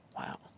Wow